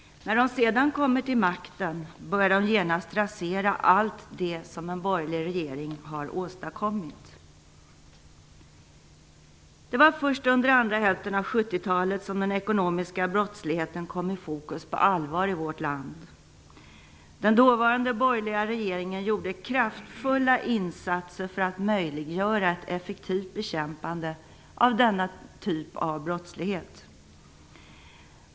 När de sedan kommer till makten börjar de genast rasera allt det som den borgerliga regeringen har åstadkommit. Det var först under andra hälften av 70-talet som den ekonomiska brottsligheten kom i fokus på allvar i vårt land. Den dåvarande borgerliga regeringen gjorde kraftfulla insatser för att möjliggöra ett effektivt bekämpande av denna typ av brottslighet.